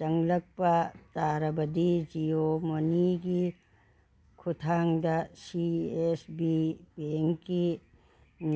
ꯆꯪꯂꯛꯄ ꯇꯥꯔꯕꯗꯤ ꯖꯤꯑꯣ ꯃꯅꯤꯒꯤ ꯈꯨꯠꯊꯥꯡꯗ ꯁꯤ ꯑꯦꯁ ꯕꯤ ꯕꯦꯡꯒꯤ